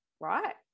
right